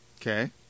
okay